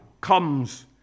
comes